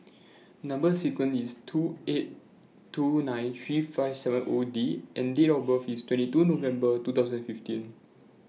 Number sequence IS two eight two nine three five seven O D and Date of birth IS twenty two November two thousand and fifteen